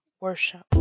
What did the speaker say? worship